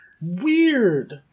weird